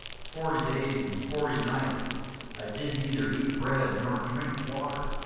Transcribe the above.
forty days and forty nights i did neither eat bread, nor drink water,